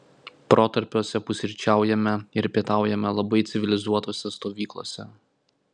protarpiuose pusryčiaujame ir pietaujame labai civilizuotose stovyklose